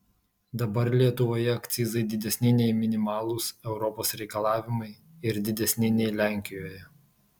dabar lietuvoje akcizai didesni nei minimalūs europos reikalavimai ir didesni nei lenkijoje